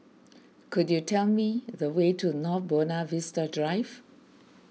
could you tell me the way to North Buona Vista Drive